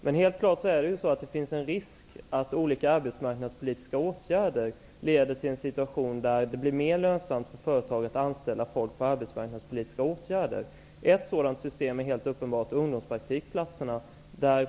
Men helt klart är att det finns en risk att olika arbetsmarknadspolitiska åtgärder leder till en situation där det blir mer lönsamt för företag att anställa folk inom ramen för arbetsmarknadspolitiska åtgärder. Ett sådant system är helt uppenbart ungdomspraktikplatserna.